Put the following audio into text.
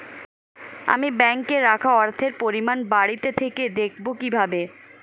আমি ব্যাঙ্কে রাখা অর্থের পরিমাণ বাড়িতে থেকে দেখব কীভাবে?